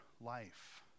life